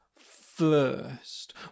first